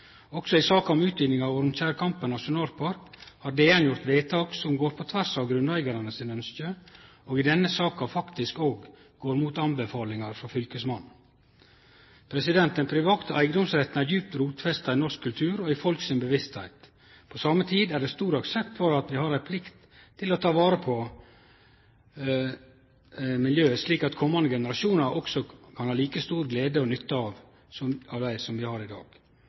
Også i saka om utviding av Ormtjernkampen nasjonalpark har DN gjort vedtak som går på tvers av grunneigarane sine ønskje, og i den saka faktisk også gått mot anbefalingar frå fylkesmannen. Den private eigedomsretten er djupt rotfesta i norsk kultur og i folk si bevisstheit. På same tid er det stor aksept for at vi har ei plikt til å ta vare på miljøet, slik at komande generasjonar kan ha like stor glede og nytte av det som vi har i dag.